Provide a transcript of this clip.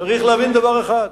צריך להבין דבר אחד,